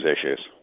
issues